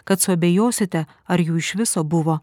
kad suabejosite ar jų iš viso buvo